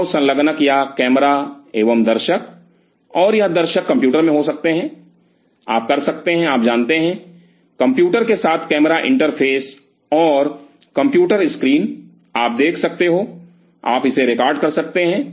संभव संलग्नक या कैमरा एवं दर्शक और यह दर्शक कंप्यूटर में हो सकते हैं आप कर सकते हैं आप जानते हैं कंप्यूटर के साथ कैमरा इंटरफेस और कंप्यूटर स्क्रीन आप देख सकते हो और आप इसे रिकॉर्ड कर सकते हैं